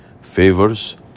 favors